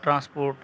transport